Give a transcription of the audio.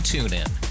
TuneIn